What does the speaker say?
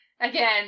again